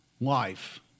life